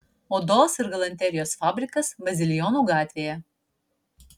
odos ir galanterijos fabrikas bazilijonų gatvėje